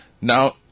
Now